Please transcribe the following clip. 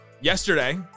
Yesterday